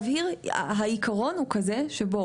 העיקרון הוא כזה שבו